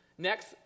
Next